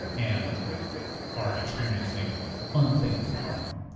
and are experiencing unthinkable trauma,